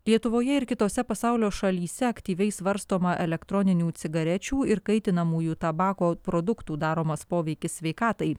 lietuvoje ir kitose pasaulio šalyse aktyviai svarstoma elektroninių cigarečių ir kaitinamųjų tabako produktų daromas poveikis sveikatai